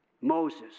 Moses